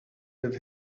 with